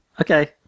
Okay